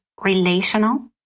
relational